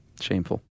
Shameful